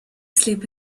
sleep